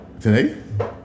Today